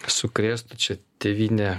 sukrėstų čia tėvynę